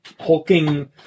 hulking